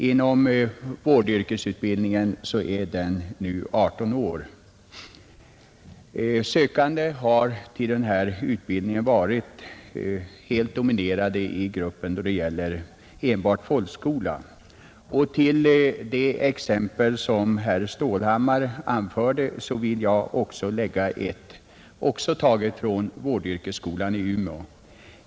Inom vårdyrkesutbildningen gäller nu 18 år. De sökande till denna utbildning har dominerats av den grupp som har enbart folkskola. Till det exempel som herr Stålhammar anförde vill jag lägga ett, också taget från vårdyrkesskolan i Umeå.